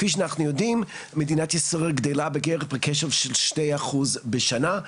כפי שאנחנו יודעים מדינת ישראל גדלה בקצב של 2% בשנה,